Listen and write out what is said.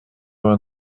vingt